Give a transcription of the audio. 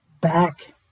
back